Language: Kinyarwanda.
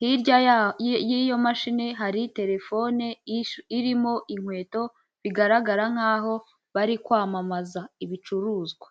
hirya y'iyo mashini hari telefone irimo inkweto, bigaragara nk'aho bari kwamamaza ibicuruzwa.